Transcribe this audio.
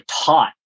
taught